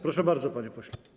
Proszę bardzo, panie pośle.